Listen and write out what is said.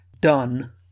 done